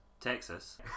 Texas